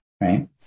right